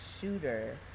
shooter